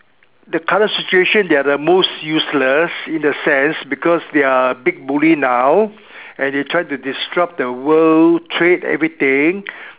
the current situation they are the most useless in a sense because they are big bully now and they try to disrupt the world trade everything